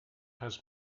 has